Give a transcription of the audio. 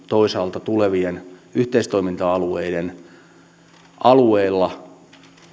toisaalta tulevilla yhteistoiminta alueilla